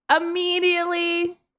immediately